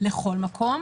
לכל מקום